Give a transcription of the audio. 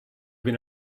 been